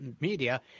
Media